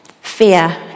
fear